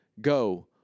Go